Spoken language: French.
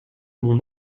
mon